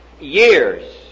years